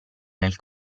nel